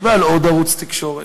ועל עוד ערוץ תקשורת,